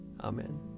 Amen